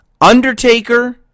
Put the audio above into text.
Undertaker